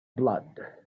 blood